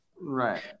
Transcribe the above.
right